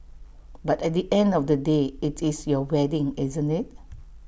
but at the end of the day IT is your wedding isn't IT